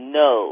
no